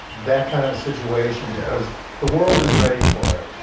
that kind of a situation because the world is ready for it.